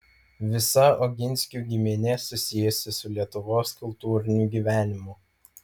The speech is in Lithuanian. visa oginskių giminė susijusi su lietuvos kultūriniu gyvenimu